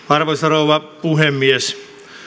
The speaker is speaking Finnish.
arvoisa rouva puhemies